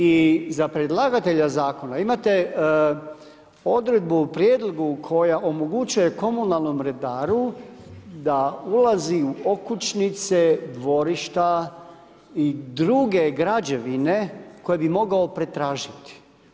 I za predlagatelja zakona imate odredbu u prijedlogu koja omogućuje komunalnom redaru da ulazi u okućnice, dvorišta i druge građevine koje bi mogli pretražiti.